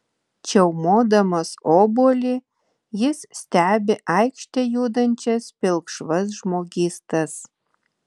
čiaumodamas obuolį jis stebi aikšte judančias pilkšvas žmogystas